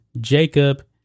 Jacob